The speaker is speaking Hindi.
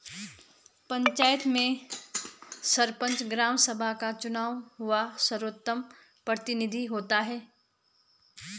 पंचायत में सरपंच, ग्राम सभा का चुना हुआ सर्वोच्च प्रतिनिधि होता है